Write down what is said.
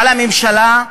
על הממשלה,